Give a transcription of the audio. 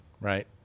Right